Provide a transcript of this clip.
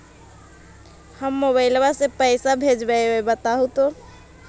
हम मोबाईल से पईसा भेजबई बताहु तो?